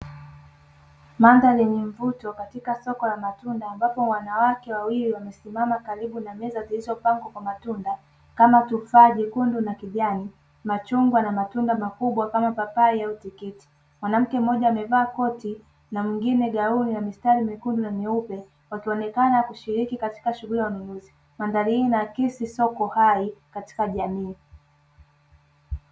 Mandhari yenye mvuto katika soko la matunda ambapo wanawake wawili wamesimama karibu na meza za hizo pangu kwa matunda kama tufaji, kundu na kijani. Machungwa na matunda makubwa kama papai au tiketi. Mwanamke mmoja amevaa koti na mwingine gauli na mistari mikuu na niupe. Wakionekana kushiriki katika shughuli ya ununuzi. Mandhari hii na kisi soko hai katika jamii.